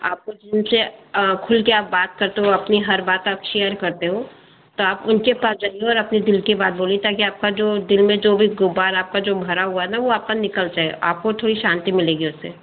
आपको जिनसे आप खुल के बात करते हो वो खुल के अपनी हर बात आप शेयर करते हो तो आप उनके पास जाइए और अपने दिल की बात बोलिए ताकि आपका जो दिल में जो भी ग़ुबार आपका जो भरा हुआ है ना वो आपका निकल जाए आपको थोड़ी शांति मिलेगी उससे